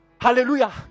Hallelujah